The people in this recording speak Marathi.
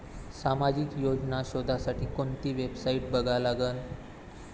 सामाजिक योजना शोधासाठी कोंती वेबसाईट बघा लागन?